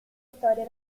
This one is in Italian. storia